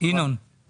ירים את ידו.